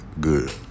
good